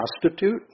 prostitute